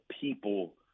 people